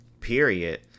period